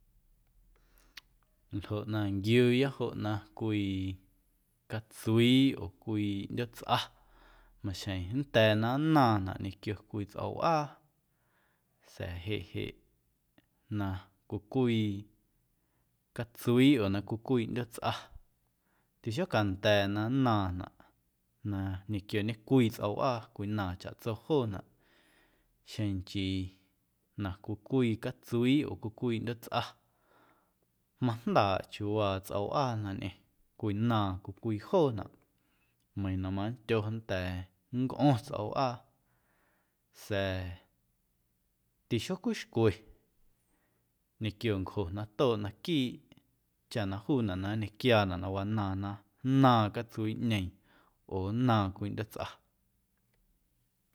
Ljoꞌ na nquiuuya joꞌ na cwii catsuii oo cwii ꞌndyootsꞌa maxjeⁿ nnda̱a̱ na nnaaⁿnaꞌ ñequio cwii tsꞌo̱waa sa̱a̱ jeꞌ jeꞌ na cwii cwii catsuii oo na cwii cwii ꞌndyootsꞌa tixocanda̱a̱ na nnaaⁿnaꞌ na ñequio ñecwii tsꞌo̱waa cwinaaⁿ chaꞌtso joonaꞌ xeⁿ nchii na cwii cwii catsuii oo cwii cwii ꞌndyootsꞌa majndaaꞌ chiuuwaa tsꞌo̱waa na ñꞌeⁿ cwinaaⁿ cwii cwii joonaꞌ meiiⁿ na mandyo nnda̱a̱ nncꞌo̱ⁿ tsꞌo̱waa sa̱a̱ tixocwixcwe ñequio ncjo na tooꞌ naquiiꞌ chaꞌ na juunaꞌ na nñequiaanaꞌ na wanaaⁿ na nnaaⁿ catsuiiꞌñeeⁿ oo nnaaⁿ cwii ꞌndyotsꞌa.